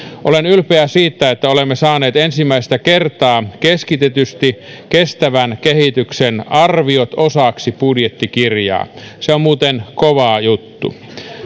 olen ylpeä siitä että olemme saaneet ensimmäistä kertaa keskitetysti kestävän kehityksen arviot osaksi budjettikirjaa se on muuten kova juttu